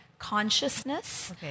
consciousness